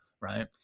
right